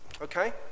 Okay